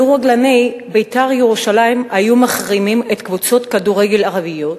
לו החרימו כדורגלני "בית"ר ירושלים" את קבוצות הכדורגל הערביות,